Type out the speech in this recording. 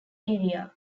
area